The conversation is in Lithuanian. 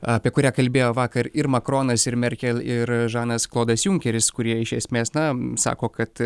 apie kurią kalbėjo vakar ir makronas ir merkel ir žanas klodas junkeris kurie iš esmės na sako kad